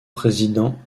président